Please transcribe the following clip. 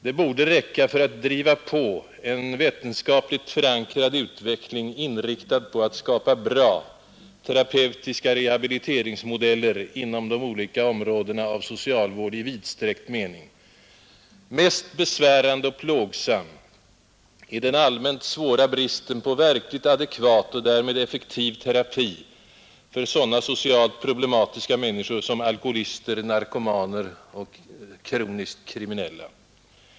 Det borde räcka för att starkt driva på en vetenskapligt förankrad utveckling, inriktad på att skapa bra, terapeutiska rehabiliteringsmodeller inom de olika områdena av socialvård i vidsträckt mening. Mest besvärande och plågsam är den stora och svåra bristen på verkligt adekvat och därmed effektiv terapi för sådana socialt problematiska människor som alkoholister, narkomaner och kroniskt kriminella.